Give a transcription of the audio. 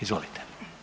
Izvolite.